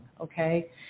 okay